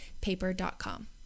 paper.com